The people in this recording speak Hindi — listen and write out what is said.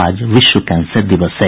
आज विश्व कैंसर दिवस है